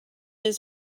his